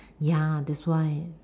ya that's why